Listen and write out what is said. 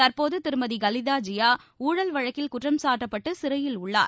தற்போது திருமதி கலிதா ஜியா ஊழல் வழக்கில் குற்றம்சாட்டப்பட்டு சிறையில் உள்ளார்